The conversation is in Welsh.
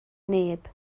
neb